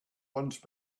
once